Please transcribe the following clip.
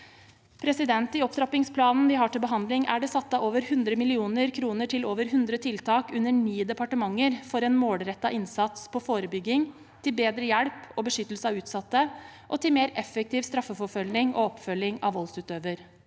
voldsutøver. I opptrappingsplanen vi har til behandling, er det satt av over 100 mill. kr til over hundre tiltak under ni departementer til en målrettet innsats på forebygging, til bedre hjelp og beskyttelse av utsatte og til mer effektiv straffeforfølgning og oppfølging av voldsutøver.